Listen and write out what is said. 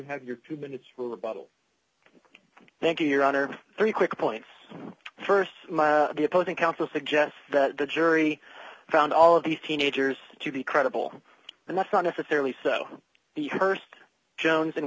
have your two minutes for the bottle thank you your honor three quick points st the opposing counsel suggests that the jury found all of these teenagers to be credible and that's not necessarily so the st jones and